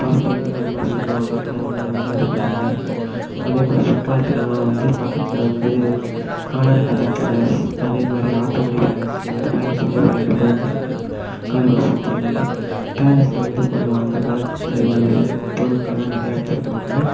powerful அது மாதிரி சொல்லுவாங்க அதனால வந்து அது கொஞ்சம் நல்லா இருக்கும் அதே மாதிரி சுற்றுலா தலங்கலெலாம் வந்து பக்கத்தில் வந்து காணாடு காத்தான் பேலஸ் அதே மாதிரி ஆத்தங்குடி பேலஸ் இந்த மாதிரி பேலஸ் வந்து ஒரு ரெண்டு மூணு இது இருக்குது காரைக்குடி சுற்றி வந்து பேலஸ்சில் வந்து கொஞ்சம் அந்த காலத்து பொட்களெலாம் நிறையா வச்சுருப்பாங்க